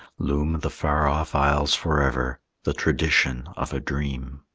loom the faroff isles forever, the tradition of a dream.